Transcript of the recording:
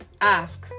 ask